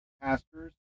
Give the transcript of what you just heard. pastors